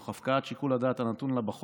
תוך הפקעת שיקול הדעת הנתון לה בחוק,